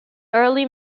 early